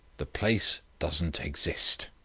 the place doesn't exist.